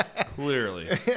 clearly